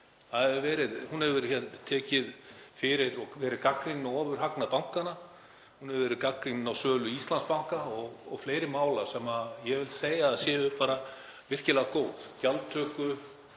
Hún hefur tekið fyrir og verið gagnrýnin á ofurhagnað bankanna. Hún hefur verið gagnrýnin á sölu Íslandsbanka og fleiri mál, sem ég vil segja að sé virkilega góð gagnrýni,